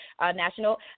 National